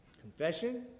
Confession